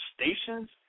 stations